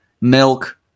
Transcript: Milk